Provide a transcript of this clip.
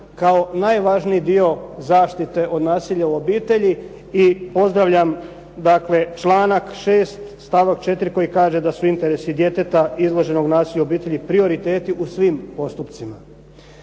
kao najvažniji dio zaštite od nasilja u obitelji i pozdravljam članak 6. stavak 4. koji kaže da su interesi djeteta izloženog nasilju u obitelji prioriteti u svim postupcima.